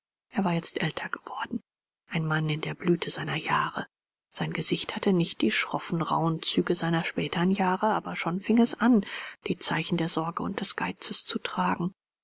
er war jetzt älter geworden ein mann in der blüte seiner jahre sein gesicht hatte nicht die schroffen rauhen züge seiner spätern jahre aber schon fing es an die zeichen der sorge und des geizes zu tragen